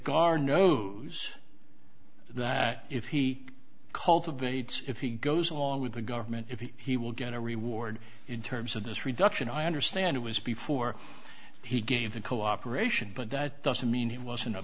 moves that if he cultivates if he goes along with the government if he will get a reward in terms of this reduction i understand it was before he gave the cooperation but that doesn't mean he wasn't a